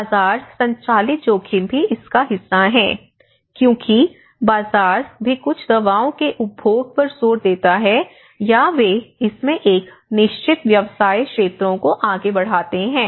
बाजार संचालित जोखिम भी इसका हिस्सा हैं क्योंकि बाजार भी कुछ दवाओं के उपभोग पर जोर देता है या वे इसमें एक निश्चित व्यवसाय क्षेत्रों को आगे बढ़ाते हैं